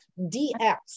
DX